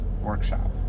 workshop